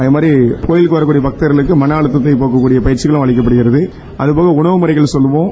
அதுபோல கோயிலுக்கு வரும் மக்களுக்கு மன அழுத்தத்தை போக்கக்கூடிய பயிற்சியும் அளிக்கப்படுகிறது அதுபோக உணவு முறைகள் சொல்லுவோம்